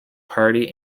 party